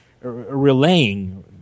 relaying